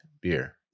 beer